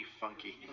funky